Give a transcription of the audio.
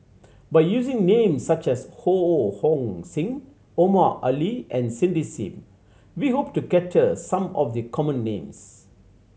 by using names such as Ho Hong Sing Omar Ali and Cindy Sim we hope to capture some of the common names